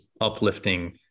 uplifting